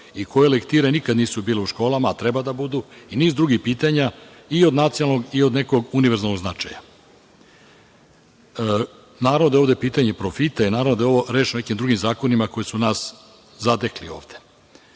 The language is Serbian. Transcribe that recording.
i koje lektire nikad nisu bile u školama, a treba da budu i niz drugih pitanja i od nacionalnog i od nekog univerzalnog značaja. Naravno da je ovde pitanje profita i naravno da je ovo rešeno nekim drugim zakonima koji su nas zatekli